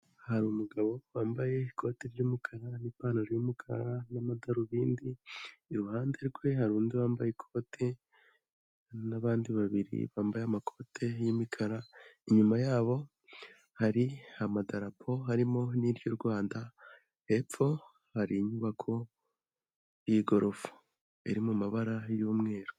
Hari umugabo wambaye ikoti ry'umukara n'ipantaro y'umukara n'amadarubindi, iruhande rwe hari undi wambaye ikote n'abandi babiri bambaye amakote y'imikara, inyuma yabo hari amadarapo harimo n'iry'u Rwanda, hepfo hari inyubako y'igorofa iri mu mabara y'umweru.